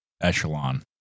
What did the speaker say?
echelon